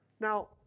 Now